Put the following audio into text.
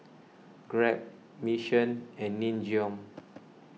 Grab Mission and Nin Jiom